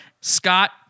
Scott